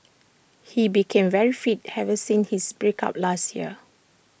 he became very fit ever since his break up last year